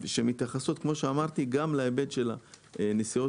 שמתייחסות כמו שאמרתי גם להיבט של הנסיעות